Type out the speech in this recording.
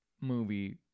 movie